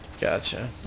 gotcha